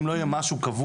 אם לא יהיה משהו קבוע,